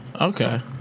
Okay